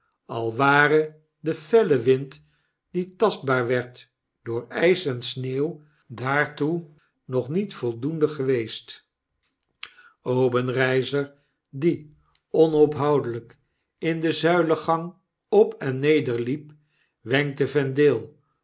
al ware de felle wind die tastbaar werd door ys en sneeuw daartoe nog niet voldoende geweest obenreizer die onophoudelijk in den zuilengang op en neder liep wenkte vendale